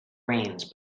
rains